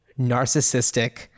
narcissistic